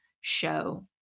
show